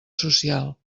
social